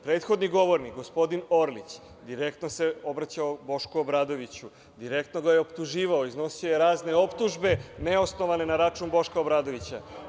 Prethodni govornik, gospodin Orlić, direktno se obraćao Bošku Obradoviću, direktno ga je optuživao, iznosio je razne optužbe neosnovane na račun Boška Obradovića.